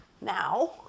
now